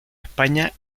españa